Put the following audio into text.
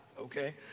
okay